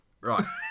Right